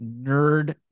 nerd